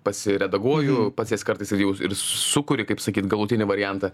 pasiredaguoju pats jas kartais ir jau ir sukuri kaip sakyt galutinį variantą